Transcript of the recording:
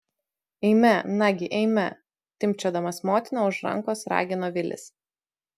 eime nagi eime timpčiodamas motiną už rankos ragino vilis